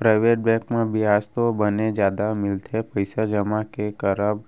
private bank म बियाज तो बने जादा मिलथे पइसा जमा के करब